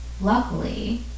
Luckily